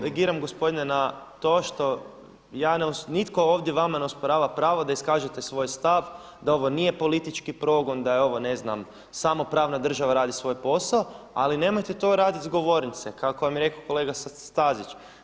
Reagiram gospodine na to što ja, nitko ovdje vama ne osporava pravo da iskažete svoj stav, da ovo nije politički progon, da je ovo ne znam samo pravna država radi svoj posao ali nemojte to raditi sa govornice kako vam je rekao kolega Stazić.